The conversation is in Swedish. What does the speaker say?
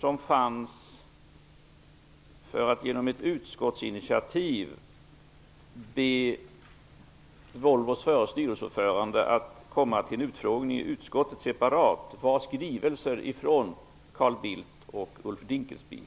som fanns för att genom ett utskottsinitiativ be Volvos förre styrelseordförande att komma till en separat utfrågning i utskottet var skrivelser från Carl Bildt och Ulf Dinkelspiel.